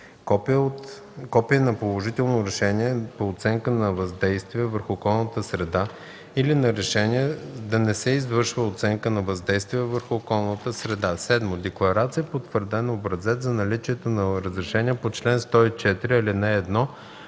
копие на положително решение по оценка на въздействие върху околната среда или на решение да не се извършва оценка на въздействие върху околната среда; 7. декларация по утвърден образец за наличието на разрешително по чл. 104, ал. 1